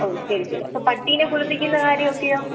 ഓ ശരി ശരി അപ്പം പട്ടിനെ കുളിപ്പിക്കുന്ന കാര്യം ഒക്കെയോ